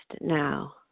now